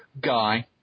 guy